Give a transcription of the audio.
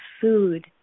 food